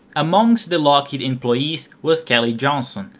amongst the lockheed employees was kelly johnson,